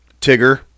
Tigger